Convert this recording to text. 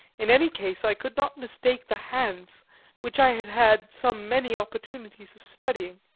in any case i could not mistake the hands which i had had so many opportunities of studying.